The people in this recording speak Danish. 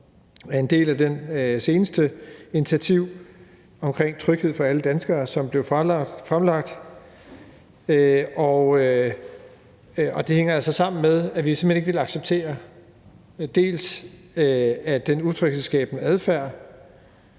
som er en del af det seneste initiativ om tryghed for alle danskere, som er blevet fremlagt. Det hænger altså sammen med, at vi simpelt hen ikke vil acceptere den utryghedsskabende adfærd.